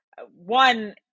One